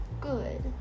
good